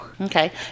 Okay